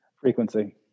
Frequency